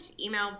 email